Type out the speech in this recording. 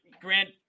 Grant